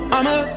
I'ma